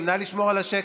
נא לשמור על השקט,